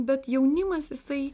bet jaunimas jisai